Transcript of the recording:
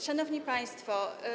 Szanowni Państwo!